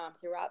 throughout